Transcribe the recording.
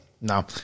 No